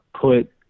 put